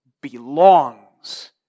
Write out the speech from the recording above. belongs